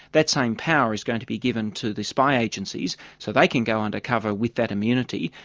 that same power is going to be given to the spy agencies so they can go undercover with that immunity.